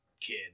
kid